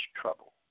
trouble